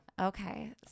okay